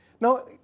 Now